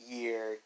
year